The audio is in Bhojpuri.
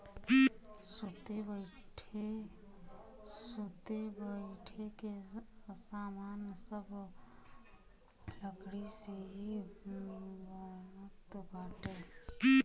सुते बईठे के सामान सब लकड़ी से ही बनत बाटे